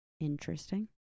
Interesting